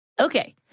Okay